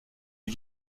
est